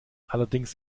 allerdings